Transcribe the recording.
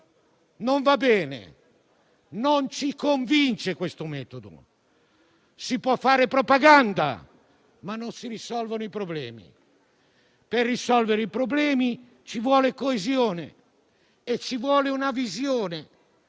non va bene e non ci convince. Si può fare propaganda, ma non si risolvono i problemi. Per risolvere i problemi ci vuole coesione, ci vuole una visione